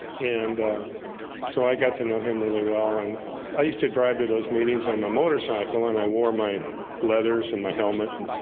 and so i got to know him really well and i used to drive to those meetings on my motorcycle and i wore my leathers and my helmet and